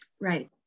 right